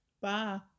Bye